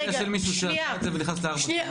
תן לי מקרה של מישהו שעשה את זה ונכנס לארבע שנים.